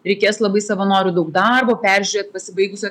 reikės labai savanorių daug darbo peržiūrėt pasibaigusio